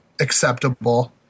acceptable